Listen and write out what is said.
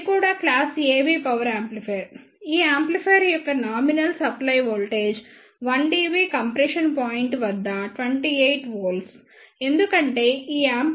ఇది కూడా class AB power amplifier ఈ యాంప్లిఫైయర్ యొక్క nominal supply voltage 1 dB compression point వద్ద 28 V ఎందుకంటే ఈ యాంప్లిఫైయర్ 44